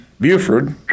Buford